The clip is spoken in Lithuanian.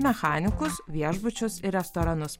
mechanikus viešbučius ir restoranus